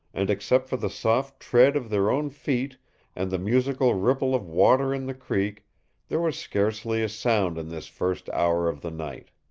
and except for the soft tread of their own feet and the musical ripple of water in the creek there was scarcely a sound in this first hour of the night.